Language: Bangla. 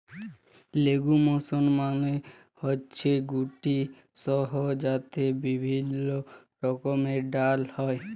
লেগুমস মালে হচ্যে গুটি শস্য যাতে বিভিল্য রকমের ডাল হ্যয়